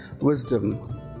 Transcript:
wisdom